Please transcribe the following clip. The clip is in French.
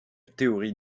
théorie